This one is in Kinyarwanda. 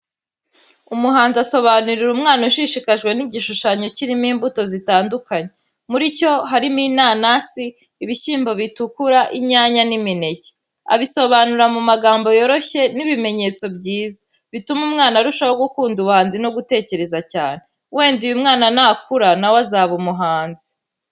Umuhanzi asobanurira umwana ushishikajwe n'igishushanyo kirimo imbuto zitandukanye. Muricyo harimo inanasi, ibishyimbo bitukura, inyanya, n’imineke. Abisobanura mu magambo yoroshye n’ibimenyetso byiza, bituma umwana arushaho gukunda ubuhanzi no gutekereza cyane. Wenda uyu mwana nakura na we azaba umuhanzi.